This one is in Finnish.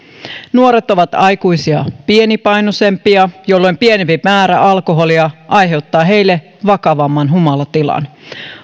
nuoret ovat aikuisia pienipainoisempia jolloin pienempi määrä alkoholia aiheuttaa heille vakavamman humalatilan